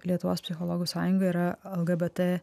lietuvos psichologų sąjunga yra lgbt